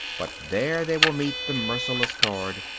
but there they will meet the merciless guard,